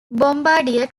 bombardier